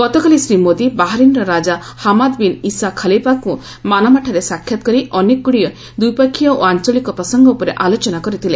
ଗତକାଲି ଶ୍ରୀ ମୋଦି ବାହାରିନ୍ର ରାଜା ହାମାଦ୍ ବିନ୍ ଇସା ଖଲିଫାଙ୍କୁ ମାନାମାଠାରେ ସାକ୍ଷାତ କରି ଅନେକଗୁଡିକ ଦ୍ୱିପକ୍ଷୀୟ ଓ ଆଞ୍ଚଳିକ ପ୍ରସଙ୍ଗ ଉପରେ ଆଲୋଚନା କରିଥିଲେ